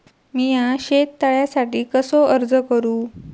मीया शेत तळ्यासाठी कसो अर्ज करू?